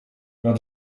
nad